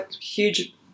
huge